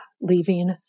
leaving